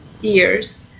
years